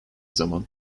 zaman